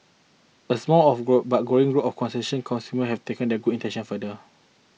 a small of grow but growing group of conscientious consumers have taken their good intentions further